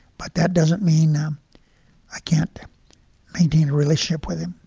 but that doesn't mean um i can't maintain a relationship with him